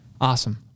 Awesome